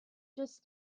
just